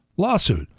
lawsuit